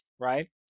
right